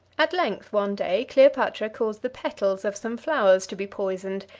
at length, one day, cleopatra caused the petals of some flowers to be poisoned,